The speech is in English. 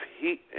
heat